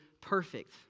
perfect